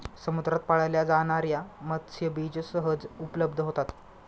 समुद्रात पाळल्या जाणार्या मत्स्यबीज सहज उपलब्ध होतात